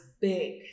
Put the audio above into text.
big